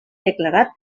declarat